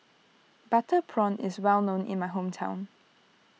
Butter Prawn is well known in my hometown